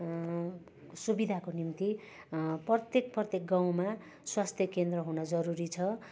सुविधाको निम्ति प्रत्येक प्रत्येक गाउँमा स्वास्थ्य केन्द्र हुन जरुरी छ